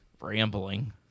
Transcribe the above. rambling